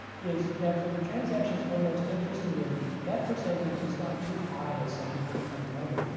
is that for the transactions we're most interested in that percentage is not too high, as some people have kind of wondered.